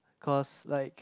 cause like